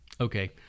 Okay